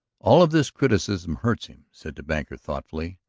all of this criticism hurts him, said the banker thoughtfully.